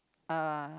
ah